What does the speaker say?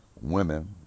women